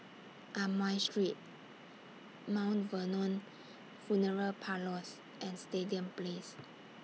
Amoy Street Mount Vernon Funeral Parlours and Stadium Place